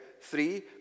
Three